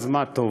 אז מה טוב.